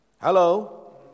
Hello